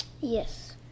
yes